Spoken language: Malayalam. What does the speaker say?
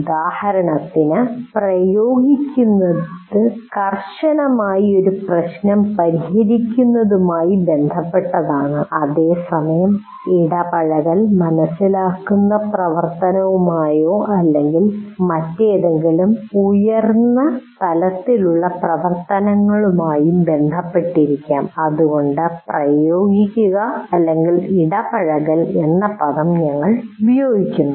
ഉദാഹരണത്തിന് പ്രയോഗിക്കുന്നത് കർശനമായി ഒരു പ്രശ്നം പരിഹരിക്കുന്നതുമായി ബന്ധപ്പെട്ടതാണ് അതേസമയം ഇടപഴകൽ മനസിലാക്കുന്ന പ്രവർത്തനവുമായോ അല്ലെങ്കിൽ മറ്റേതെങ്കിലും ഉയർന്ന തലത്തിലുള്ള പ്രവർത്തനങ്ങളുമായും ബന്ധപ്പെട്ടിരിക്കാം അതുകൊണ്ടാണ് പ്രയോഗിക്കുക ഇടപഴകൽ എന്ന പദം ഞങ്ങൾ ഉപയോഗിക്കുന്നത്